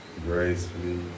gracefully